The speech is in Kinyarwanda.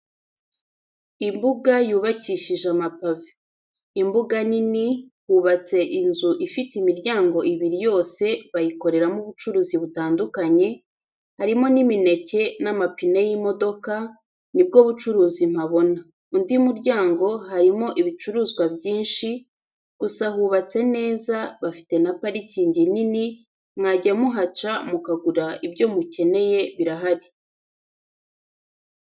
Imbuga yubakishije amapave. Imbuga nini, hubatse inzu ifite imiryango ibiri yose bayikoreramo ubucuruzi butandukanye, harimo n'imineke n'amapine y'imodoka, ni bwo bucuruzi mpabona, Undi muryango harimo ibicuruzwa byinshi, gusa hubatse neza, bafite n'aparikingi nini, mwajya muhaca mukagura ibyo mukeneye birahari.